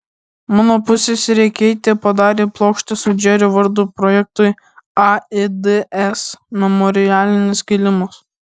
mano pusseserė keitė padarė plokštę su džerio vardu projektui aids memorialinis kilimas